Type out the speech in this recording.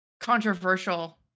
controversial